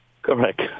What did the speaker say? Correct